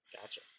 Gotcha